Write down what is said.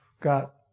got